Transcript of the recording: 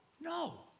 no